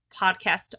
podcast